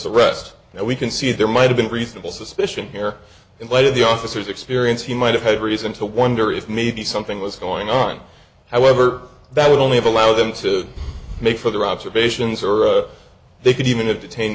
arrest and we can see there might have been reasonable suspicion here in light of the officers experience he might have had reason to wonder if maybe something was going on however that would only have allowed them to make for their observations are they could even have detained